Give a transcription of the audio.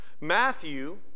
Matthew